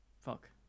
Fuck